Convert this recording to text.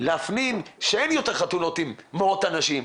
להפנים שאין יותר חתונות עם מאות אנשים,